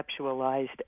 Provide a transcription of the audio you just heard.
conceptualized